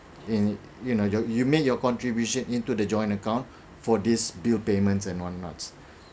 in you know you make your contribution into the joint account for this bill payments and what not